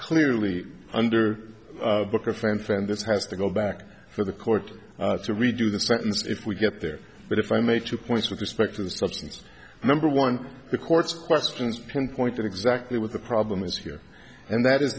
clearly under booker fanfan this has to go back for the court to redo the sentence if we get there but if i make two points with respect to the substance number one the court's questions pinpoint exactly what the problem is here and that is